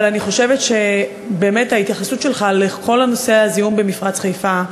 אבל אני חושבת שבאמת ההתייחסות שלך לכל נושא הזיהום במפרץ חיפה,